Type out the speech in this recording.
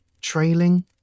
trailing